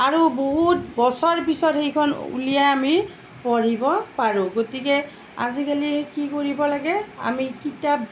আৰু বহুত বছৰ পিছত সেইখন উলিয়াই আমি পঢ়িব পাৰোঁ গতিকে আজিকালি কি কৰিব লাগে আমি কিতাপ